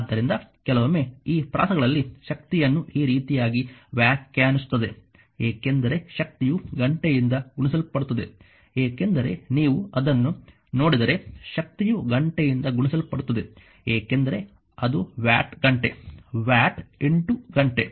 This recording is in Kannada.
ಆದ್ದರಿಂದ ಕೆಲವೊಮ್ಮೆ ಈ ಪ್ರಾಸಗಳಲ್ಲಿ ಶಕ್ತಿಯನ್ನು ಈ ರೀತಿಯಾಗಿ ವ್ಯಾಖ್ಯಾನಿಸುತ್ತದೆ ಏಕೆಂದರೆ ಶಕ್ತಿಯು ಗಂಟೆಯಿಂದ ಗುಣಿಸಲ್ಪಡುತ್ತದೆ ಏಕೆಂದರೆ ನೀವು ಅದನ್ನು ನೋಡಿದರೆ ಶಕ್ತಿಯು ಗಂಟೆಯಿಂದ ಗುಣಿಸಲ್ಪಡುತ್ತದೆ ಏಕೆಂದರೆ ಅದು ವ್ಯಾಟ್ ಗಂಟೆ ವ್ಯಾಟ್ ಗಂಟೆ